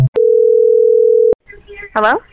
Hello